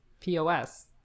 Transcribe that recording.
POS